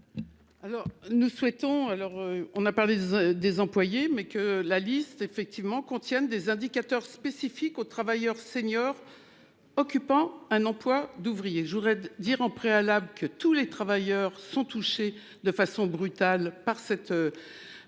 Alors nous souhaitons alors on a parlé des. Voyez, mais que la liste effectivement contiennent des indicateurs spécifiques aux travailleurs seniors. Occupant un emploi d'ouvrier. Je voudrais dire en préalable que tous les travailleurs sont touchés de façon brutale par cette.